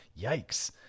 Yikes